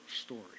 story